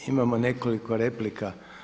Imamo nekoliko replika.